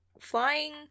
flying